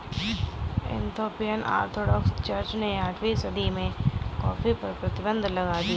Ethiopian orthodox church ने अठारहवीं सदी में कॉफ़ी पर प्रतिबन्ध लगा दिया